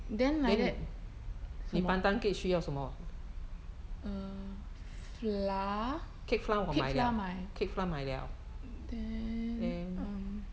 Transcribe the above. then like that 什么 uh flour cake flour 买 then um